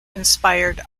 inspired